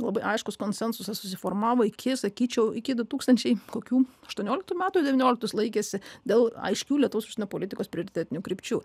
labai aiškus konsensusas susiformavo iki sakyčiau iki du tūkstančiai kokių aštuonioliktų metų devynioliktais laikėsi dėl aiškių lietuvos užsienio politikos prioritetinių krypčių